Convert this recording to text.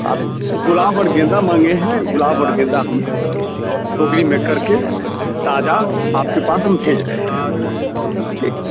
आप गुलाब और गेंदा माँगे हैं गुलाब और गेंदा हम टोकरी में कर के ताज़ा आपके पास हम भेज रहे हैं ठीक